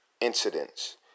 incidents